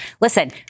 Listen